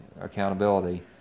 accountability